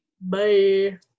Bye